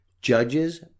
Judges